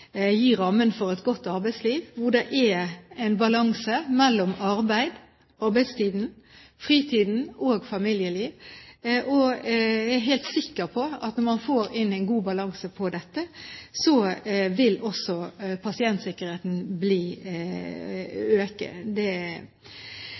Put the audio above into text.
gi rammen for et godt arbeidsliv hvor det er en balanse mellom arbeid, arbeidstid, fritid og familieliv. Jeg er helt sikker på at når man får inn en god balanse i dette, vil også